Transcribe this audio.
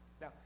Now